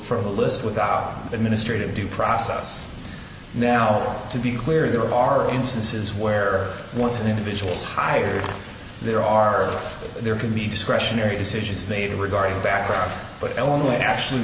for the list without administrative due process now to be clear there are instances where once an individual's hired there are there can be discretionary decisions made regarding background but only actually